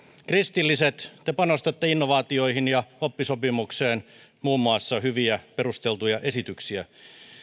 kristilliset te panostatte innovaatioihin ja oppisopimukseen muun muassa hyviä perusteltuja esityksiä